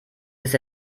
ist